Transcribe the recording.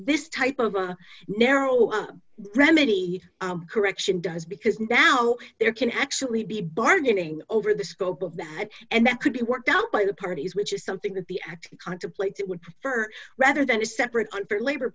is type of narrow remedy correction does because now there can actually be bargaining over the scope of that and that could be worked out by the parties which is something that the act contemplated would prefer rather than a separate unfair labor